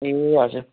ए हजुर